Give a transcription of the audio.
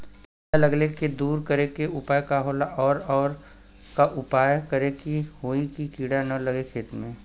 कीड़ा लगले के दूर करे के उपाय का होला और और का उपाय करें कि होयी की कीड़ा न लगे खेत मे?